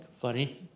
funny